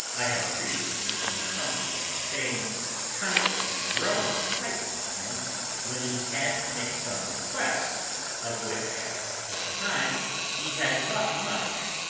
i had previously seen something of the same constantly growing excitement in him when he had to make some request of which at the time he had thought much,